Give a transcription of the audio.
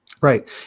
Right